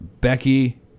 Becky